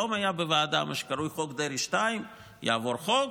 היום היה בוועדה מה שקרוי חוק דרעי 2. יעבור חוק,